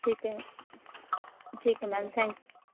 ਠੀਕ ਹੈ ਠੀਕ ਹੈ ਮੈਮ ਥੈਂਕ